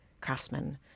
craftsmen